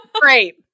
Great